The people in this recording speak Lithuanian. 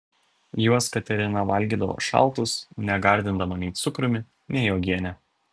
juos katerina valgydavo šaltus negardindama nei cukrumi nei uogiene